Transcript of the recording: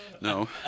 No